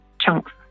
chunks